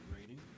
rating